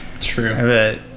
true